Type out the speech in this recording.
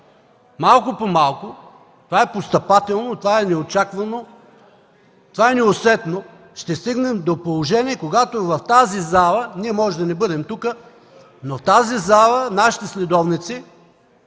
малко по малко – това е постъпателно, това е неусетно, ще стигнем до положение, когато в тази зала – ние можем да не бъдем тук, но в тази зала нашите следовници,